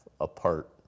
apart